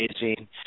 amazing